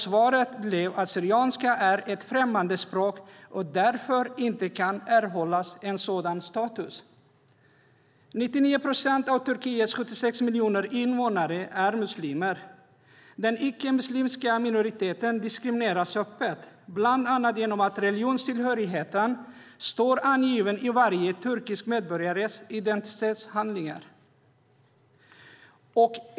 Svaret blev att syrianska är ett främmande språk och därför inte kan erhålla en sådan status. 99 procent av Turkiets 76 miljoner invånare är muslimer. Den icke-muslimska minoriteten diskrimineras öppet, bland annat genom att religionstillhörighet står angiven i varje turkisk medborgares identitetshandlingar.